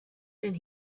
and